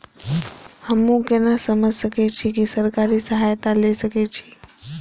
हमू केना समझ सके छी की सरकारी सहायता ले सके छी?